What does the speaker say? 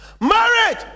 Marriage